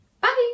bye